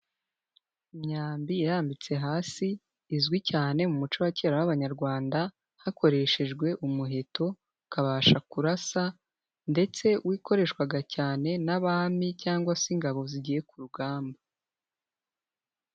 Imyambi irambitse hasi, izwi cyane mu muco wa kera w'abanyarwanda, hakoreshejwe umuheto ukabasha kurasa ndetse wikoreshwaga cyane n'abami cyangwa se ingabo zigiye ku rugamba.